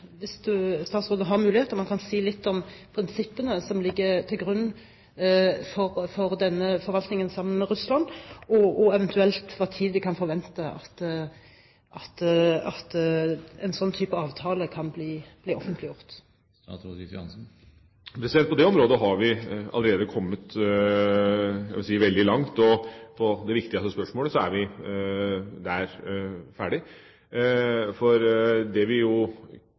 statsråden, hvis han har mulighet til det, kan si litt om prinsippene som ligger til grunn for denne forvaltningen sammen med Russland, og eventuelt når vi kan forvente at en slik type avtale kan bli offentliggjort. På det området har vi allerede kommet veldig langt, vil jeg si. Når det gjelder det viktigste spørsmålet, er vi ferdig. Det vi kunne sett for oss, var at vi